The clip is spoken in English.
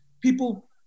people